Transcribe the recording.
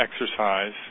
exercise